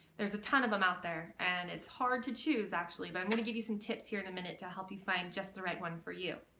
there's a ton of them out there and it's hard to choose actually but i'm gonna give you some tips here in a minute to help you find just the right one for you.